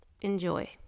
Enjoy